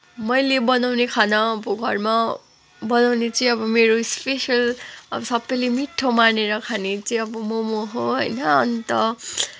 मैले बनाउने खाना अब घरमा बनाउने चाहिँ अब मेरो स्पेसल अब सबैले मिठो मानेर खाने चाहिँ अब मोमो हो होइन अन्त